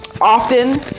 often